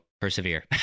persevere